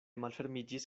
malfermiĝis